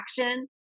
action